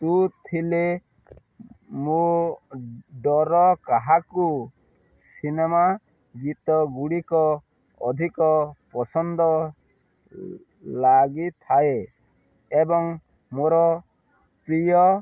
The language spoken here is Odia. ତୁ ଥିଲେ ମୋ ଡର କାହାକୁ ସିନେମା ଗୀତ ଗୁଡ଼ିକ ଅଧିକ ପସନ୍ଦ ଲାଗିଥାଏ ଏବଂ ମୋର ପ୍ରିୟ